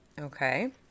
Okay